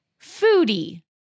foodie